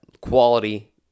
quality